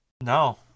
No